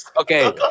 okay